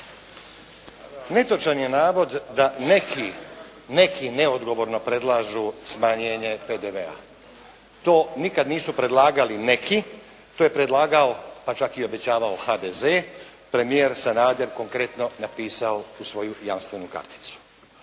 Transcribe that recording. Netočan je navod da neki, neki neodgovorno predlažu smanjenje PDV-a. To nikad nisu predlagali neki. To je predlagao pa čak i obećavao HDZ. Premijer Sanader konkretno napisao u svoju jamstvenu karticu.